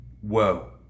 Whoa